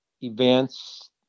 events